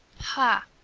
ha!